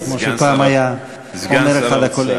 כמו שפעם היה אומר אחד הקולגות.